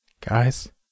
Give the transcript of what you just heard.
guys